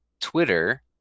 twitter